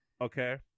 Okay